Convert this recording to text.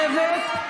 נא לשבת.